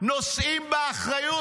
נושאות באחריות.